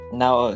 now